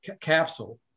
capsule